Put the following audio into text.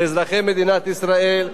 לאזרחי מדינת ישראל.